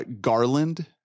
Garland